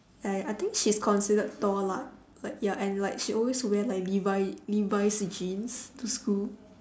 ya I think she's considered tall lah like ya and like she always wear like levi levi's jeans to school